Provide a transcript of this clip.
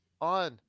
on